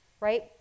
right